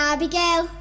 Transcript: Abigail